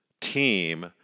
team